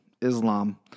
Islam